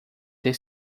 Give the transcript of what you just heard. ter